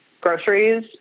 Groceries